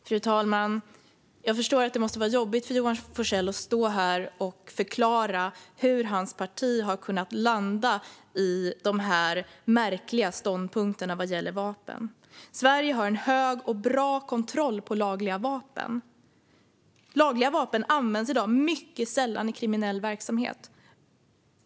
Fru talman! Jag förstår att det måste vara jobbigt för Johan Forssell att stå här och förklara hur hans parti har kunnat landa i dessa märkliga ståndpunkter vad gäller vapen. Sverige har en stor och bra kontroll över lagliga vapen. Lagliga vapen används i dag mycket sällan i kriminell verksamhet.